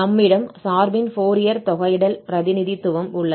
நம்மிடம் சார்பின் ஃபோரியர் தொகையிடல் பிரதிநிதித்துவம் உள்ளது